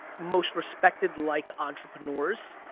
most respected like entrepreneurs